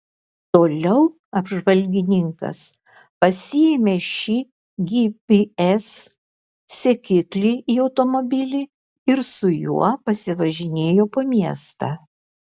toliau apžvalgininkas pasiėmė šį gps sekiklį į automobilį ir su juo pasivažinėjo po miestą